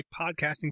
podcasting